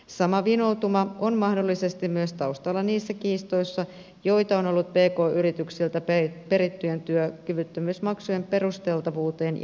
sama vinoutuma on mahdollisesti taustalla myös niissä kiistoissa joita on ollut pk yrityksiltä perittyjen työkyvyttömyysmaksujen perusteltavuuteen ja käyttöön liittyen